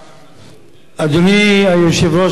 אדוני היושב-ראש, כבוד השר,